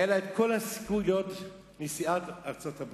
היה לה כל הסיכוי להיות נשיאת ארצות-הברית.